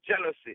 jealousy